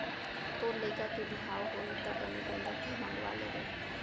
तोर लइका के बिहाव होही त बने गोंदा फूल मंगवा लेबे